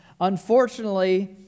unfortunately